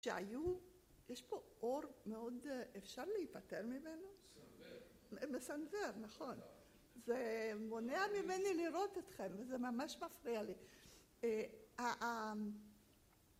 שהיו, יש פה אור מאוד אפשר להיפטר ממנו מסנוור, מסנוור נכון זה מונע ממני לראות אתכם וזה ממש מפריע לי